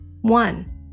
One